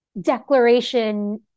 declaration